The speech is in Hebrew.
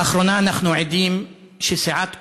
לאחרונה אנחנו עדים לכך שסיעת כולנו,